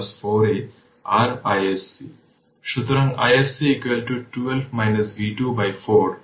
সুতরাং iSC 12 v 2 by 4